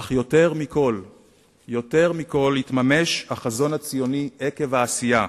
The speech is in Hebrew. אך יותר מכול התממש החזון הציוני עקב העשייה,